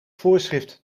voorschrift